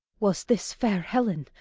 was this fair helen,